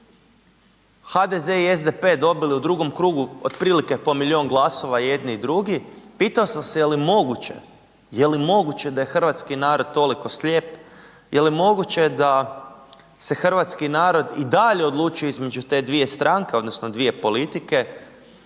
HDZ i SDP dobili u drugom krugu otprilike po milijun glasova i jedni i drugi, pitao sam se je li moguće, je li moguće da je hrvatski narod toliko slijep, je li moguće da se hrvatski narod i dalje odlučuje između te dvije stranke, odnosno dvije politike